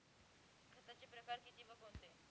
खताचे प्रकार किती व कोणते?